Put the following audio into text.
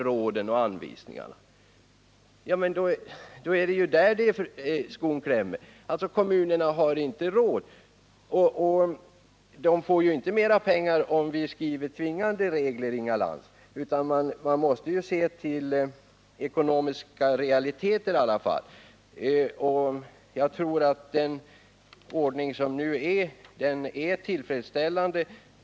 Men då är det ju där som skon klämmer — kommunerna har inte råd att agera. Och de får ju inte mera pengar, om vi skriver tvingande regler, Inga Lantz. Man måste ändå se till ekonomiska realiteter, och jag tror att den ordning som nu gäller är tillfredsställande.